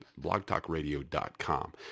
blogtalkradio.com